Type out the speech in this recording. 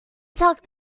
tucked